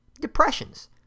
depressions